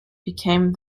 became